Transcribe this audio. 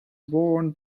worn